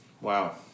Wow